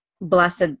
blessed